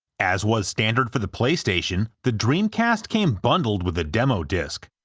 as was standard for the playstation, the dreamcast came bundled with a demo disc.